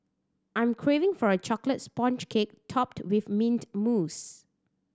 I am craving for a chocolate sponge cake topped with mint mousse